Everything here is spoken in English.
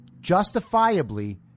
justifiably